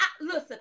listen